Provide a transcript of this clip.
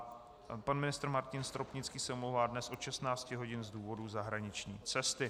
A pan ministr Martin Stropnický se omlouvá dnes od 16 hodin z důvodu zahraniční cesty.